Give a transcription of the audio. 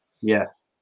yes